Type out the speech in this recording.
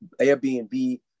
Airbnb